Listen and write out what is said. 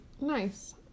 Nice